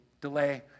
delay